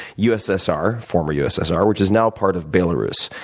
ussr, former ussr, which is now part of belarus.